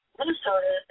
Minnesota